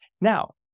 Now